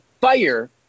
fire